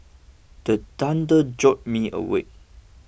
the thunder jolt me awake